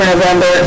November